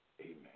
Amen